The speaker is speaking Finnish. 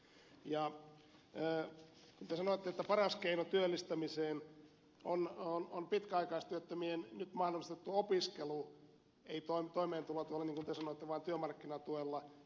te sanoitte että paras keino työllistämiseen on pitkäaikaistyöttömien nyt mahdollistettu opiskelu ei toimeentulotuella niin kuin te sanoitte vaan työmarkkinatuella